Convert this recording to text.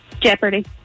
Jeopardy